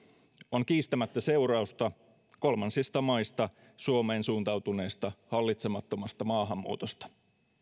on kiistämättä seurausta kolmansista maista suomeen suuntautuneesta hallitsemattomasta maahanmuutosta